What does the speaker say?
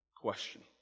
question